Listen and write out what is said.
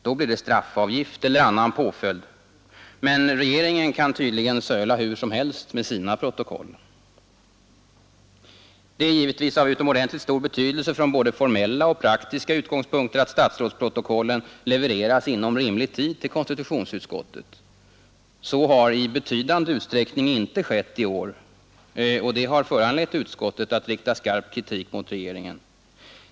Då blir det straffavgift eller annan påföljd. Men regeringen kan tydligen söla hur som helst med sina protokoll. Det är givetvis av utomordentligt stor betydelse från både formella och praktiska utgångspunkter att statsrådsprotokollen levereras inom rimlig tid till konstitutionsutskottet. Så har i betydande utsträckning inte skett i år, och det har föranlett utskottet att rikta skarp kritik mot regeringen.